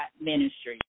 Ministry